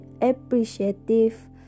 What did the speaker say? appreciative